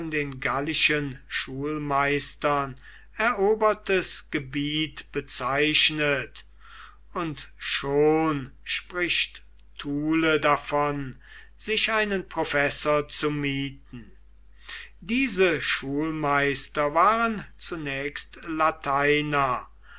den gallischen schulmeistern erobertes gebiet bezeichnet und schon spricht thule davon sich einen professor zu mieten diese schulmeister waren zunächst lateiner